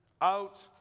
Out